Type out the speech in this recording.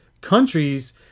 countries